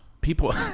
people